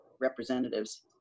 representatives